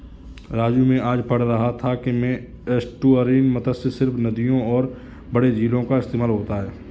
राजू मैं आज पढ़ रहा था कि में एस्टुअरीन मत्स्य सिर्फ नदियों और बड़े झीलों का इस्तेमाल होता है